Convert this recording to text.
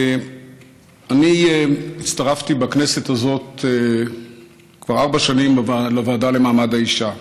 אני הצטרפתי בכנסת הזאת כבר ארבע שנים לוועדה למעמד האישה,